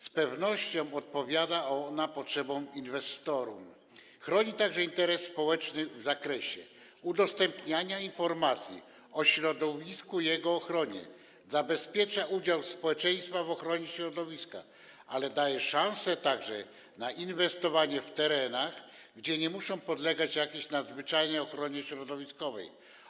Z pewnością odpowiada ona potrzebom inwestorów, chroni także interes społeczny w zakresie udostępniania informacji o środowisku i jego ochronie, zabezpiecza udział społeczeństwa w ochronie środowiska i daje szanse na inwestowanie na terenach, które nie muszą podlegać jakiejś nadzwyczajnej ochronie środowiskowej.